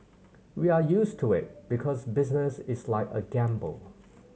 we are used to it because business is like a gamble